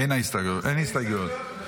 אין הסתייגויות,